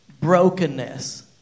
brokenness